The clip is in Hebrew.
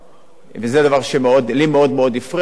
זה דבר שלי מאוד-מאוד הפריע, ולכן השנה